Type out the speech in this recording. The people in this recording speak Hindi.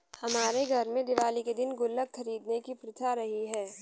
हमारे घर में दिवाली के दिन गुल्लक खरीदने की प्रथा रही है